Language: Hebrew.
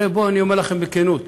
הרי בואו, אני אומר לכם בכנות,